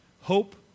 Hope